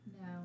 No